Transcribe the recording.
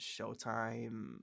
Showtime